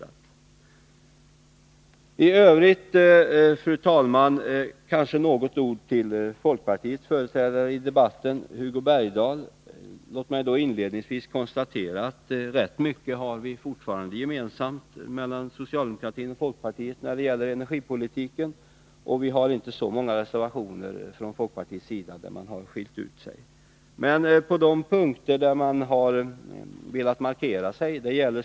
Jag vill i övrigt, fru talman, säga några ord till folkpartiets företrädare i debatten, Hugo Bergdahl. Låt mig inledningsvis konstatera att socialdemokratin och folkpartiet fortfarande har rätt mycket gemensamt när det gäller energipolitiken, och det finns inte så många reservationer från folkpartiets sida eller frågor där partiet har skilt ut sig. På några punkter har emellertid folkpartiet velat göra markeringar.